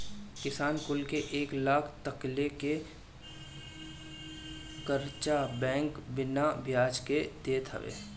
किसान कुल के एक लाख तकले के कर्चा बैंक बिना बियाज के देत हवे